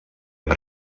per